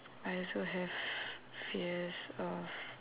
I also have fears of